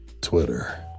Twitter